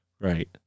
Right